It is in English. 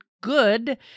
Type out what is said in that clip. good